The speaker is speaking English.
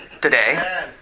today